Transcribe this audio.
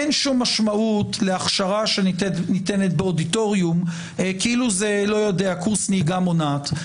אין שום משמעות להכשרה שניתנת באודיטוריום כאילו זה קורס נהיגה מונעת.